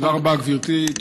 תודה רבה, גברתי.